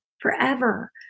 forever